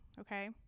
okay